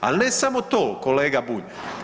Ali ne samo to kolega Bulj.